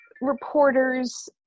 reporters